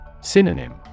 Synonym